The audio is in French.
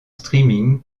streaming